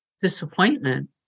disappointment